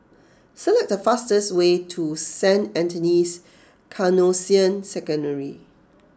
select the fastest way to Saint Anthony's Canossian Secondary